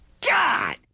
God